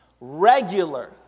regular